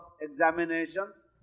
examinations